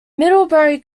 middlebury